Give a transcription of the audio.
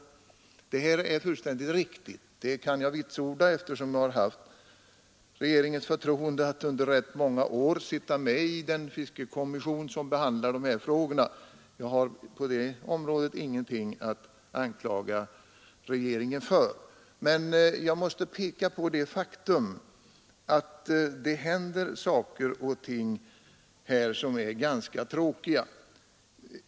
Och det anförda är helt riktigt. Det kan jag vitsorda, eftersom jag har haft regeringens förtroende att under rätt många år sitta med i den fiskekommission som behandlar dessa frågor. Jag har där ingenting att anklaga regeringen för. Men jag måste peka på det faktum att det händer saker och ting som är ganska tråkiga.